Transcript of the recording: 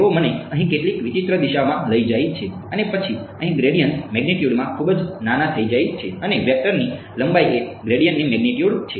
તેઓ મને અહીં કેટલીક વિચિત્ર દિશામાં લઈ જાય છે અને પછી અહીં ગ્રેડિએન્ટ્સ મેગ્નિટ્યુડમાં ખૂબ જ નાના થઈ જાય છે અને વેક્ટરની લંબાઈ એ ગ્રેડિયન્ટની મેગ્નિટ્યુડ છે